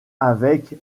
avec